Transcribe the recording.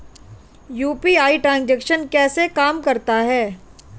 UPI transaction कैसे काम करता है?